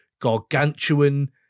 gargantuan